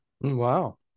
Wow